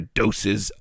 doses